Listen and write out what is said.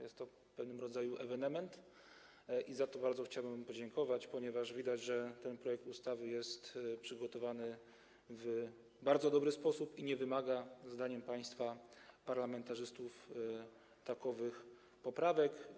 Jest to pewnego rodzaju ewenement i za to bardzo chciałbym podziękować, ponieważ widać, że ten projekt ustawy jest przygotowany w bardzo dobry sposób i nie wymaga, zdaniem państwa parlamentarzystów, takowych poprawek.